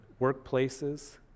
workplaces